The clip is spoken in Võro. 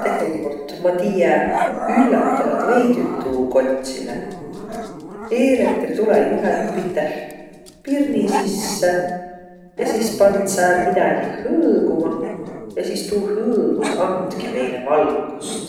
Tegeligult ma tiiä üllätävält veidüq tuu kotsilõ. Eelektri tulõ juhet piteh pirni sisse ja sis pand sääl midägiq hõõguma ja sis tuu hõõgus andkiq meile valgust.